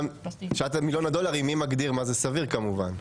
שאלת מיליון הדולר היא מי מגדיר מה זה סביר כמובן?